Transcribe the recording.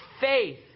faith